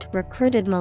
recruited